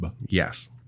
Yes